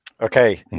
Okay